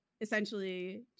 essentially